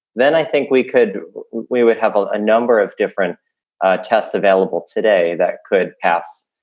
then i think we could we would have a number of different tests available today that could pass.